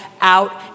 out